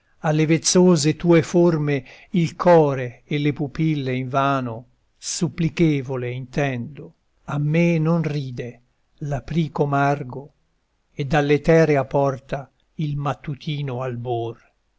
alle vezzose tue forme il core e le pupille invano supplichevole intendo a me non ride l'aprico margo e dall'eterea porta il mattutino albor